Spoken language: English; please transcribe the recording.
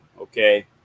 Okay